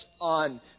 on